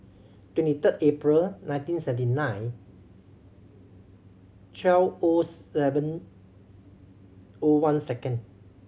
twenty third April nineteen seventy nine twelve O seven O one second